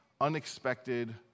unexpected